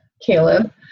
Caleb